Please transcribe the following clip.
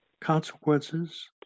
consequences